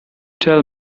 tell